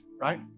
right